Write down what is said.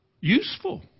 Useful